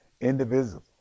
indivisible